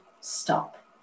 stop